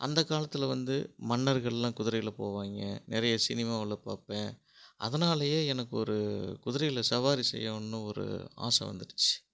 அந்த காலத்தில் வந்து மன்னர்கள்லாம் குதிரையில் போவாய்ங்க நிறைய சினிமாவில் பார்ப்பேன் அதனாலயே எனக்கு ஒரு குதிரையில் சவாரி செய்யணும்னு ஒரு ஆசை வந்துடுச்சு